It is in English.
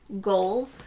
goal